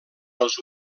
els